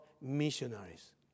missionaries